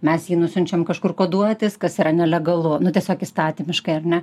mes jį nusiunčiam kažkur koduotis kas yra nelegalu nu tiesiog įstatymiškai ar ne